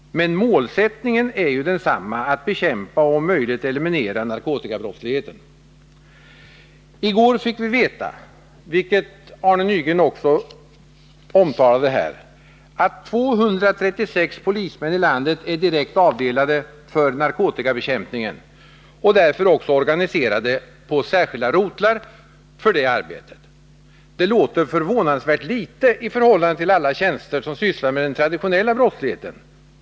Men målsättningen är densamma — att bekämpa och om möjligt eliminera narkotikabrottsligheten. I går fick vi veta, vilket Arne Nygren också omtalat här, att 236 polismän i landet är direkt avdelade för narkotikabekämpningen och därför också organiserade på särskilda rotlar för det arbetet. Jag kan hålla med om att det låter förvånansvärt litet i förhållande till alla de poliser som sysslar med den traditionella brottsligheten.